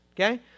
okay